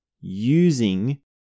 using